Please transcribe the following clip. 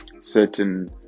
certain